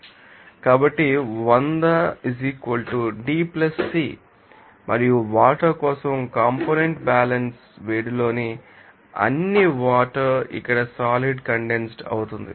కాబట్టి 100 D C మరియు water కోసం కాంపోనెంట్ బ్యాలెన్స్ వేడిలోని అన్ని వాటర్ ఇక్కడ సాలిడ్ కండెన్సెడ్ వుతుంది